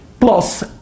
plus